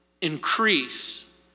increase